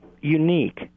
unique